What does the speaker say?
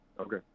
Okay